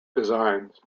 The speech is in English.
designs